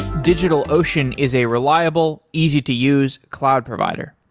digitalocean is a reliable, easy to use cloud provider.